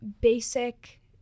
basic